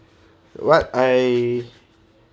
what I